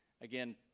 again